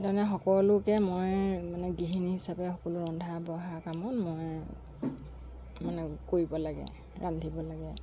তেনেধৰণে সকলোকে মই মানে গৃহিনী হিচাপে সকলো ৰন্ধা বঢ়া কামত মই মানে কৰিব লাগে ৰান্ধিব লাগে